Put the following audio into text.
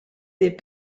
des